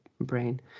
brain